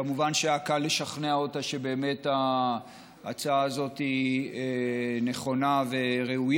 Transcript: כמובן שהיה קל לשכנע אותה שבאמת ההצעה הזאת היא נכונה וראויה.